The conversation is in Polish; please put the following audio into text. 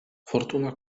fortuna